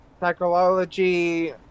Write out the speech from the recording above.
psychology